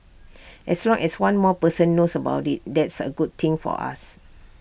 as long as one more person knows about IT that's A good thing for us